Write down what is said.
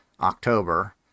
october